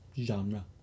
genre